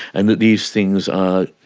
and that these things are,